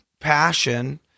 passion